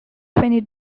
twenty